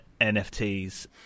NFTs